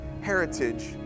heritage